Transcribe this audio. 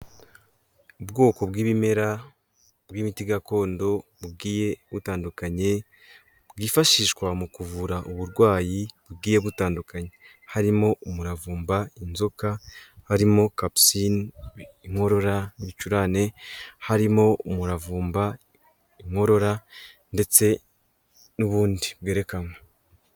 Ubwoko bw'ibimera bw'imiti gakondo bugiye butandukanye, bwifashishwa mu kuvura uburwayi bugiye butandukanye, harimo umuravumba inzoka, harimo kapisine inkorora, ibicurane, harimo umuravumba inkorora, ndetse n'ubundi bwerekanwe.